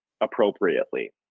appropriately